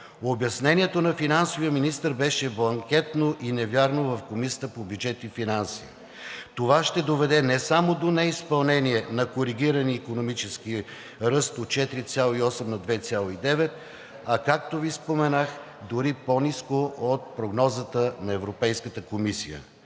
Обяснението на финансовия министър беше бланкетно и невярно в Комисията по бюджет и финанси. Това ще доведе не само до неизпълнение на коригирания икономически ръст от 4,8 на 2,9%, а както Ви споменах, дори по-ниско от прогнозата на Европейската комисия.